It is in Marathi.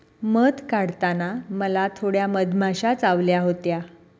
मध काढताना मला थोड्या मधमाश्या चावल्या होत्या